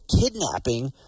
Kidnapping